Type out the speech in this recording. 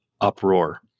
uproar